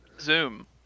Zoom